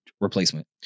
replacement